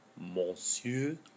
monsieur